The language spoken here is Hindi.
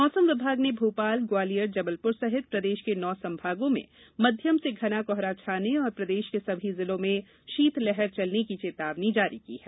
मौसम विभाग ने भोपाल ग्वालियर जबलपुर सहित प्रदेश के नौ संभागों में मध्यम से घना कोहरा छाने और प्रदेश के सभी जिलों में शीतलहर चलने की चेतावनी जारी की है